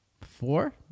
Four